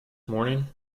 morning